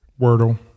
Wordle